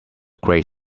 great